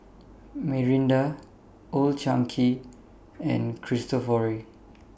Mirinda Old Chang Kee and Cristofori